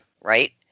right